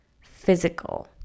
physical